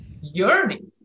yearning